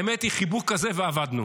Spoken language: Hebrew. האמת היא, חיבוק כזה ואבדנו.